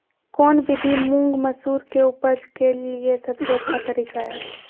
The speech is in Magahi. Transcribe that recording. कौन विधि मुंग, मसूर के उपज के लिए सबसे अच्छा तरीका है?